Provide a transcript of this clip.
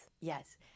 Yes